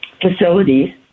facilities